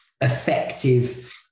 effective